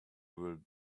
will